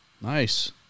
Nice